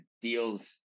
deals